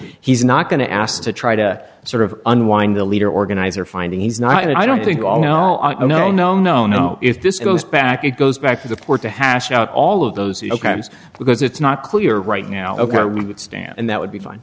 he's not going to ask to try to sort of unwind the leader organizer finding he's not i don't think although i know no no no if this goes back it goes back to the poor to hash out all of those crimes because it's not clear right now ok i would stand and that would be fine